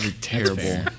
Terrible